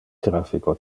traffico